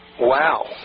Wow